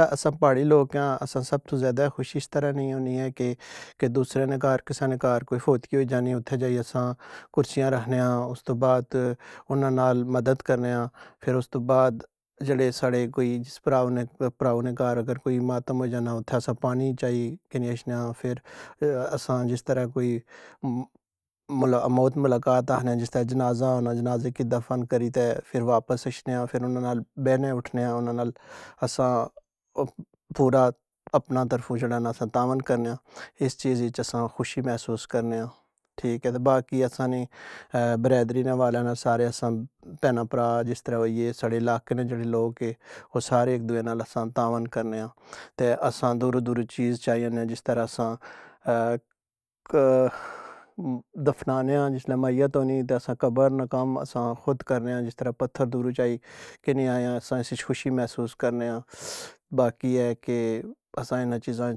اسساں پہاڑی لوگ آں، اسساں خوشی سب تو زیادہ اس طراں ہونی اے کے دوسرے نے کھر کساں نے کھرجیڑی کوئی فوتگی ہوجانی اے، اتھے جائی اسساں کرسیاں رکھنے آں، استو بعد اننا نال مدد کرنے آں، پھر استو بعد جیڑے ساڑے کوئی، جس پراو نے پراو نے کھر اگر کوئی ماتم ہو جانا تے اسساں پانی چائی کینی اچھنے آں فیر اسساں جی لے کوئی موت ملاقات آخنیاں جس ترے جنازہ ہونا، جنازے کی دفن کری تے واپس اچھنے آں فیران ناں نال بینے اٹنھنیاں اننا نال اسساں پورا اننے نال تعاون کرنیاں۔ اس چیز وچ اسسی خوشی محسوس کرنیاں ٹھیک اے؟ باقی اسساں نی برادری نے حوالے نال سارے اسساں پہن آں پرا جس طرح ہوئی اے اس آڑے علاقے نے جیڑے لوگ اے او سارے ہیک دووے نال اسساں تعاون کرنےاں۔ تے اسساں دورو دورو چیز چائی آننے آں، جس طراں اسساں دفنانیاں جس نی میت ہونی تے اسساں قبر دا کم اسساں خود کرنیاں جس طراں پتھر چائی کینی آیاں اسساں اس وچ خوشی محسوس کرنے آں۔ باقی اے کے اسساں جب ان چیزاں